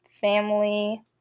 family